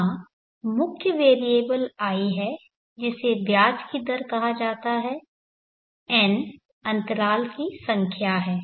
वहां मुख्य variable i है जिसे ब्याज की दर कहा जाता है n अंतराल की संख्या है